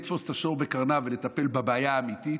לתפוס את השור בקרניו ולטפל בבעיה האמיתית.